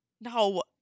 No